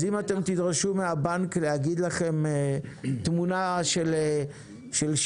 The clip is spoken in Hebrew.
אז אם אתם תדרשו מהבנק להגיד לכם תמונה של שיעור,